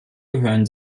gehören